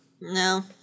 No